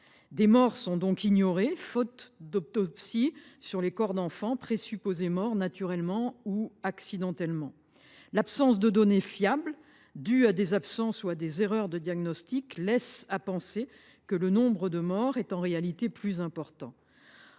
Des morts sont donc ignorées, faute d’autopsie sur les corps d’enfants présupposés morts naturellement ou accidentellement. Le manque de données fiables, dû à des absences ou à des erreurs de diagnostic, laisse à penser que le nombre de morts d’enfants est en réalité plus important.